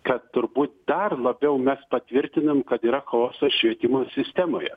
kad turbūt dar labiau mes patvirtinam kad yra chaosas švietimo sistemoje